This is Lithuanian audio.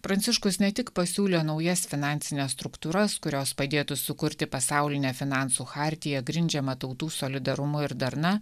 pranciškus ne tik pasiūlė naujas finansines struktūras kurios padėtų sukurti pasaulinę finansų chartiją grindžiamą tautų solidarumu ir darna